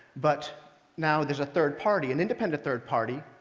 but now there's a third party, an independent third party,